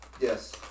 Yes